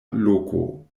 loko